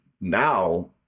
now